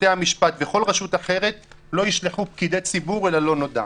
בתי המשפט וכל רשות אחרת לא ישלחו פקידים אל הלא נודע.